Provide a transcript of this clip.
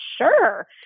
sure